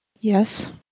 Yes